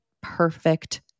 perfect